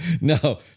No